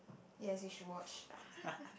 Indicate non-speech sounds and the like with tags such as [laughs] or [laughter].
yes you should watch [laughs]